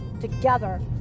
together